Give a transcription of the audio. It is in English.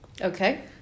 Okay